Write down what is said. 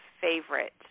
favorite